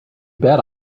bet